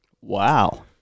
Wow